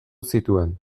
zituen